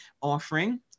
offering